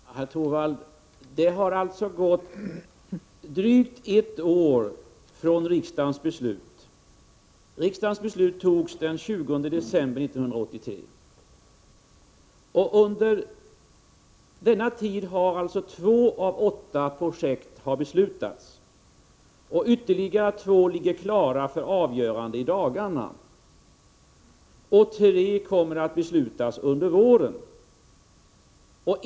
Fru talman! Det har, herr Torwald, gått drygt ett år sedan riksdagens beslut, som fattades den 20 december 1983. Under denna tid har två av åtta projekt beslutats. Ytterligare två ligger klara för avgörande i dagarna. Tre kommer att beslutas under våren.